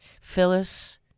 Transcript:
Phyllis